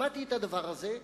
שמעתי את הדבר הזה,